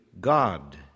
God